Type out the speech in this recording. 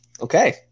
Okay